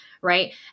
Right